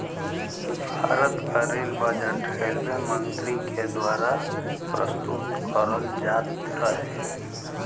भारत क rail budget railway मंत्री के दवारा प्रस्तुत करल जात रहे